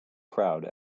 crowd